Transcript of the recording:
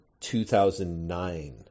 2009